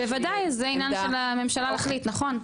בוודאי זה עניין של הממשלה להחליט נכון.